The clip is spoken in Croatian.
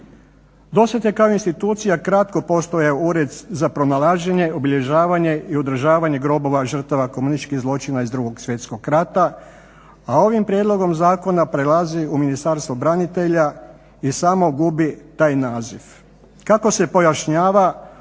Do sada je kao institucija kratko postojao Ured za pronalaženje, obilježavanje i održavanje grobova žrtava komunističkih zločina iz 2.svjetskog rata a ovim prijedlogom zakona prelazi u Ministarstvo branitelja i samo gubi taj naziv. Kako se pojašnjava